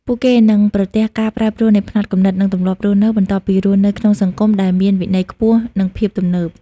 ពួកគេនឹងប្រទះការប្រែប្រួលនៃផ្នត់គំនិត និងទម្លាប់រស់នៅ បន្ទាប់ពីរស់នៅក្នុងសង្គមដែលមានវិន័យខ្ពស់ និងភាពទំនើប ។